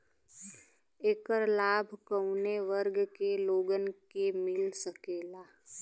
ऐकर लाभ काउने वर्ग के लोगन के मिल सकेला?